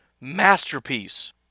masterpiece